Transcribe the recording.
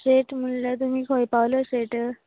straight म्हळ्यार तुमी खंय पावल्या स्ट्रेट